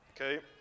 okay